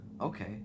Okay